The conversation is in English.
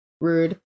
Rude